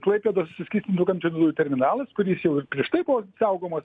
klaipėdos suskystintų gamtinių dujų terminalas kuris jau ir prieš tai buvo saugomas